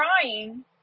crying